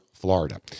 Florida